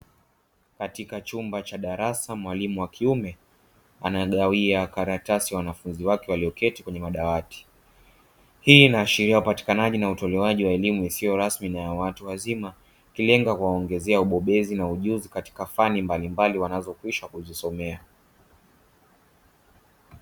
Katika chumba cha darasa mwalimu wa kiume anagawia karatasi wanafunzi wake walioketi kwenye madawati. Hii inaashiria upatikanaji na utolewaji wa elimu isiyo rasmi na ya watu wazima ikilenga kuwaongezea ubobezi na ujuzi katika fani mbalimbali wanazohuishwa kuzisomea.